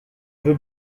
veux